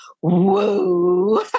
whoa